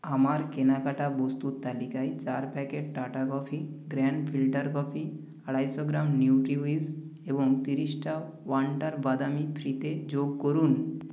আমার কেনাকাটা বস্তুর তালিকায় চার packet Tata coffee grand filter coffee আড়াইশো গ্রাম নিউট্রিউইশ এবং তিরিশটা ওয়ান্ডার বাদামি ফ্রিতে যোগ করুন